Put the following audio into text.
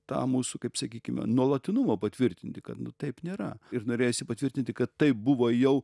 tą mūsų kaip sakykime nuolatinumą patvirtinti kad nu taip nėra ir norėsi patvirtinti kad taip buvo jau